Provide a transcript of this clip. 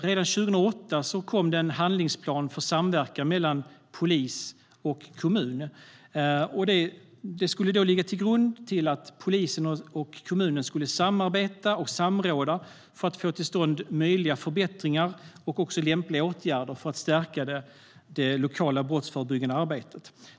Redan 2008 kom en handlingsplan för samverkan mellan polis och kommun. Det skulle ligga till grund för att polisen och kommunen skulle samarbeta och samråda för att få till stånd möjliga förbättringar och även lämpliga åtgärder för att stärka det lokala brottsförebyggande arbetet.